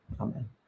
Amen